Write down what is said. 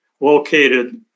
located